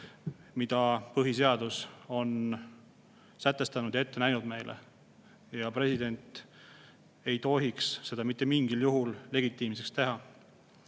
mida põhiseadus on sätestanud ja ette näinud. President ei tohiks seda mitte mingil juhul legitiimseks teha. Aga